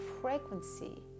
frequency